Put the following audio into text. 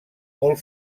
molt